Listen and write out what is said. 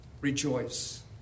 rejoice